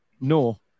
No